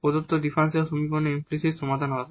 প্রদত্ত ডিফারেনশিয়াল সমীকরণের ইমপ্লিসিট সমাধান হবে